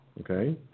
Okay